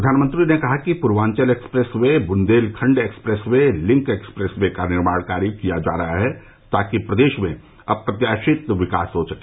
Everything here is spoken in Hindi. प्रधानमंत्री ने कहा कि Purvanchal expressway Bundelkhand expressway link expressway का निर्माण कार्य किया जा रहा है ताकि प्रदेश में अप्रत्याशित विकास हो सके